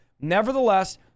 Nevertheless